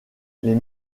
les